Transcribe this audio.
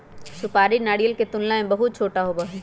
सुपारी नारियल के तुलना में बहुत छोटा होबा हई